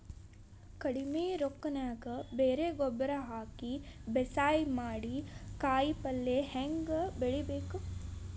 ಕಡಿಮಿ ರೊಕ್ಕನ್ಯಾಗ ಬರೇ ಗೊಬ್ಬರ ಹಾಕಿ ಬೇಸಾಯ ಮಾಡಿ, ಕಾಯಿಪಲ್ಯ ಹ್ಯಾಂಗ್ ಬೆಳಿಬೇಕ್?